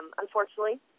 Unfortunately